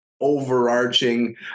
overarching